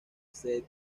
sed